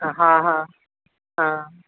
हा हा हा